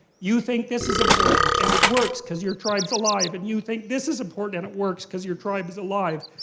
you think this is important, and it works because you're tribe's alive. and you think this is important, and it works, because your tribe's alive.